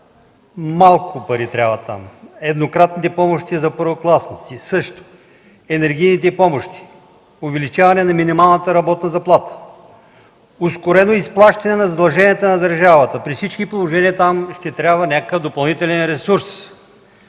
малко пари трябват там. Еднократните помощи за първокласници, също. Енергийните помощи. Увеличаване на минималната работна заплата. Ускорено изплащане на задълженията на държавата. При всички положения там ще трябва някакъв допълнителен ресурс,